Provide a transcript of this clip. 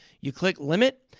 you click limit.